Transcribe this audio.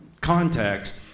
context